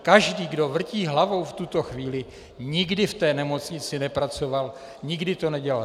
Každý, kdo vrtí hlavou v tuto chvíli, nikdy v nemocnici nepracoval, nikdy to nedělal.